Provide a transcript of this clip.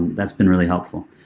that's been really helpful.